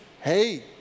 Hey